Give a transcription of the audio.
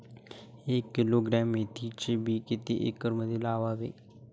एक किलोग्रॅम मेथीचे बी किती एकरमध्ये लावावे?